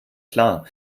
klar